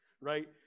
Right